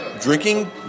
drinking